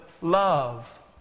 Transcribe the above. love